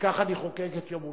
וכך אני חוגג את יום הולדתי,